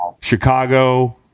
Chicago